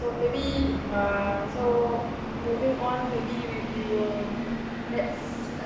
so maybe uh so moving on maybe we will let's